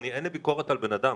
אין לי ביקורת על בן אדם,